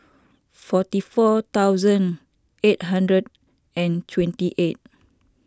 forty four thousand eight hundred and twenty eight